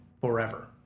forever